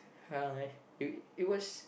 well it it was